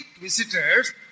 visitors